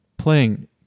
playing